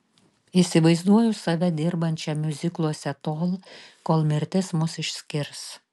įsivaizduoju save dirbančią miuzikluose tol kol mirtis mus išskirs